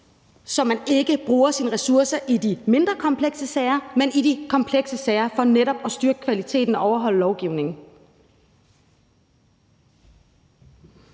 så man ikke bruger sine ressourcer på de mindre komplekse sager, men på de komplekse sager, for netop at styrke kvaliteten og overholde lovgivningen.